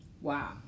Wow